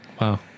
Wow